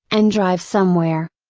and drive somewhere.